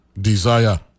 desire